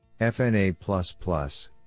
FNA++